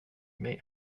med